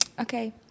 okay